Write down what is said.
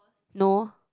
no